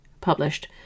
published